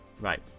Right